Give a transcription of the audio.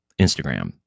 Instagram